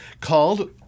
called